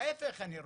ההיפך אני רוצה,